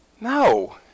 No